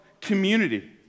community